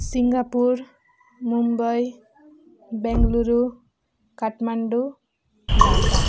Singapore Mumbai Bengaluru Kathmandu Dhaka